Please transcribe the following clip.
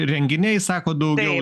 renginiai sakot daugiau